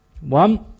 One